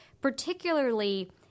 Particularly